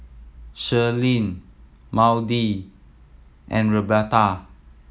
Shirleen Maude and Roberta